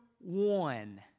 one